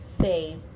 say